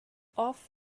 off